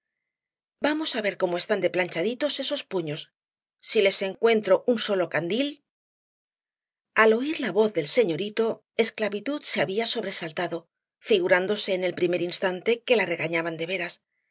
vamos á ver como están de planchaditos esos puños si les encuentro un solo candil al oir la voz del señorito esclavitud se había sobresaltado figurándose en el primer instante que la regañaban de veras